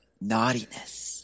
naughtiness